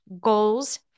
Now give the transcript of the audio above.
goals